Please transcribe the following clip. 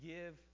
Give